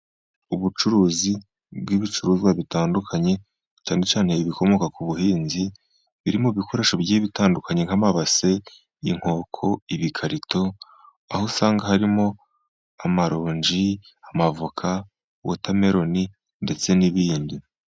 Ubucuruzi bw'ibicuruzwa bitandukanye, cyane cyane ibikomoka ku buhinzi, biri mu bikoresho bigiye bitandukanye nk'amabase, inkoko, ibikarito, aho usanga harimo amaronji, amavoka, wotameroni ndetse n'ibindi.